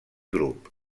grup